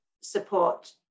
support